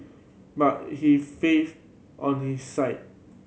but he faith on his side